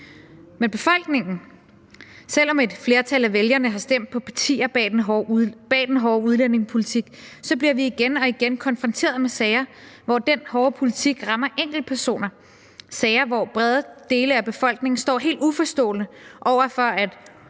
regeringen. Men selv om et flertal af vælgerne har stemt på partier bag den hårde udlændingepolitik, bliver vi igen og igen konfronteret med sager, hvor den hårde politik rammer enkeltpersoner – sager, hvor brede dele af befolkningen står helt uforstående over for, at